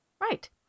right